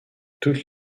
toutes